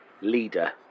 leader